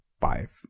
five